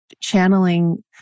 channeling